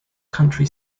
country